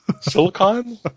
silicon